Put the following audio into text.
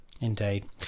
Indeed